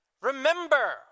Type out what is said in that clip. remember